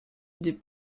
des